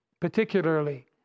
particularly